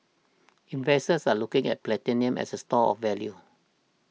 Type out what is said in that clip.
investors are looking at platinum as a store of value